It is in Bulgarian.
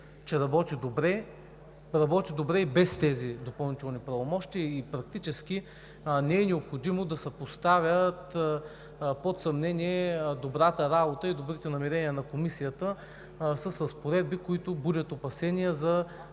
че работи добре и без тези допълнителни правомощия. Практически не е необходимо да се поставят под съмнение добрата ѝ работа и добрите ѝ намерения с разпоредби, които будят опасения за